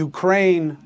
Ukraine